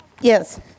Yes